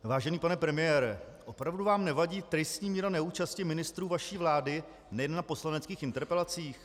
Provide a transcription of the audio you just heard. Vážený pane premiére, opravdu vám nevadí tristní míra neúčasti ministrů vaší vlády nejen na poslaneckých interpelacích?